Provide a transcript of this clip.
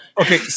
Okay